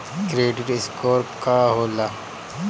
Credit score का होला?